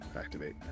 Activate